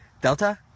Delta